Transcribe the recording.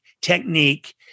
technique